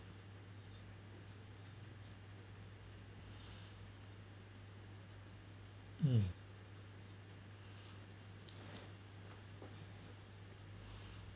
mm